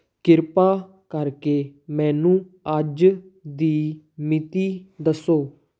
ਕਿਰਪਾ ਕਰਕੇ ਮੈਨੂੰ ਅੱਜ ਦੀ ਮਿਤੀ ਦੱਸੋ